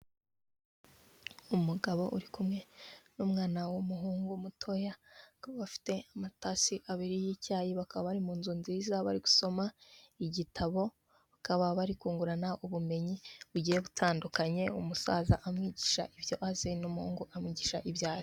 Umugabo uri kumwe n'umwana w'umuhungu mutoya, bakaba bafite amatasi abiri y'icyayi, bakaba bari mu nzu nziza bari gusoma igitabo, bakaba bari kungurana ubumenyi bugiye butandukanye, umusaza amwigisha ibyo azi n'umuhungu amwigisha ibyo azi.